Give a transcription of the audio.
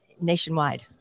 nationwide